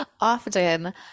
often